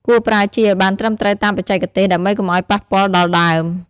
គួរប្រើជីឲ្យបានត្រឹមត្រូវតាមបច្ចេកទេស ដើម្បីកុំឲ្យប៉ះពាល់ដល់ដើម។